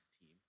team